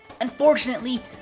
Unfortunately